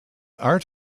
art